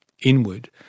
inward